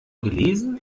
gelesen